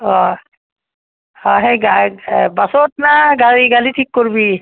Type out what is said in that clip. অঁ হয় সেই গা বাছত না গাড়ী গাড়ী ঠিক কৰিবি